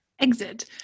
Exit